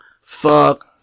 Fuck